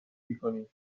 میکنیم